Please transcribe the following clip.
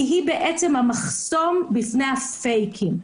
כי היא המחסום בפני הפייקים.